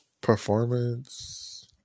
performance